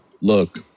look